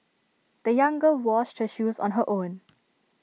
the young girl washed her shoes on her own